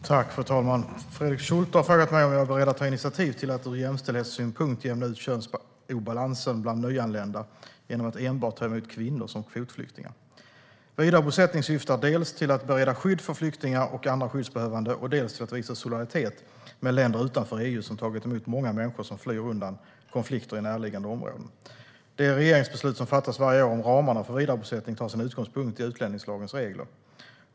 Svar på interpellationer Fru talman! Fredrik Schulte har frågat mig om jag är beredd att ta initiativ till att ur jämställdhetssynpunkt jämna ut könsobalansen bland nyanlända genom att enbart ta emot kvinnor som kvotflyktingar. Vidarebosättning syftar dels till att bereda skydd för flyktingar och andra skyddsbehövande, dels till att visa solidaritet med länder utanför EU som tagit emot många människor som flyr undan konflikter i närliggande områden. Det regeringsbeslut som fattas varje år om ramarna för vidarebosättning tar sin utgångspunkt i utlänningslagens regler.